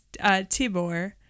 Tibor